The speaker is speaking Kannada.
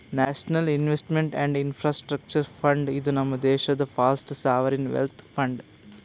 national investment and infrastructure fund, ಇದು ನಮ್ ದೇಶಾದು ಫಸ್ಟ್ ಸಾವರಿನ್ ವೆಲ್ತ್ ಫಂಡ್